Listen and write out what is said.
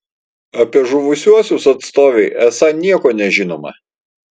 apie žuvusiuosius atstovei esą nieko nežinoma